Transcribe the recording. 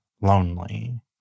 lonely